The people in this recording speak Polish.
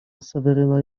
seweryna